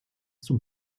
zum